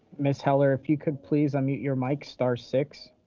ms. heller, if you could please unmute your mic star six.